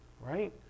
right